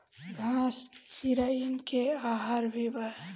घास चिरईन के आहार भी बा